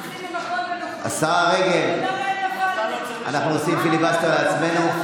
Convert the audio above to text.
השרה מירי רגב, אנחנו עושים פיליבסטר לעצמנו?